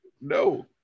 No